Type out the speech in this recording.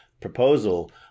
proposal